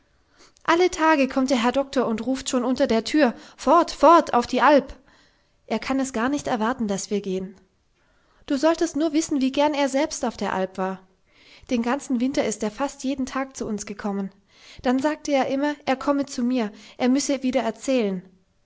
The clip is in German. alle tage kommt der herr doktor und ruft schon unter der tür fort fort auf die alp er kann es gar nicht erwarten daß wir gehen du solltest nur wissen wie gern er selbst auf der alp war den ganzen winter ist er fast jeden tag zu uns gekommen dann sagte er immer er komme zu mir er müsse mir wieder erzählen